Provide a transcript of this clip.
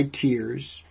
tears